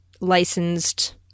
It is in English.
licensed